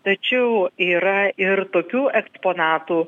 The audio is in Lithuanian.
tačiau yra ir tokių eksponatų